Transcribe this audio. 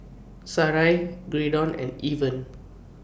Sarai Graydon and Irven